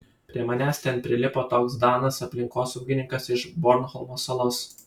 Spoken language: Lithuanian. prie manęs ten prilipo toks danas aplinkosaugininkas iš bornholmo salos